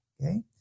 okay